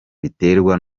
biterwa